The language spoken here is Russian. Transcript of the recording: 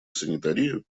санитарию